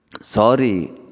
Sorry